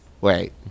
Wait